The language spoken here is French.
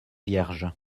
vierge